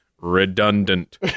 redundant